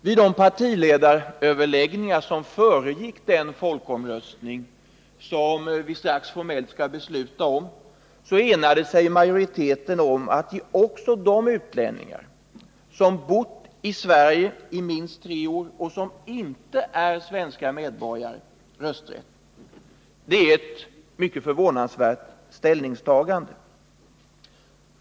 Vid de partiledaröverläggningar som föregått den folkomröstning som vi strax formellt skall besluta om enade sig majoriteten om att ge rösträtt också åt de utlänningar som bott i Sverige i minst tre år och som inte är svenska medborgare. Det är ett mycket förvånansvärt ställningstagande.